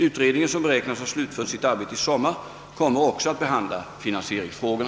Utredningen, som beräknas ha slutfört sitt arbete i sommar, kommer också att behandla finansieringsfrågorna.